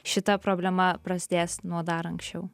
šita problema prasidės nuo dar anksčiau